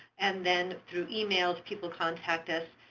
and then through emails people contact us.